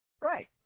Right